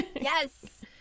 yes